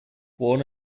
what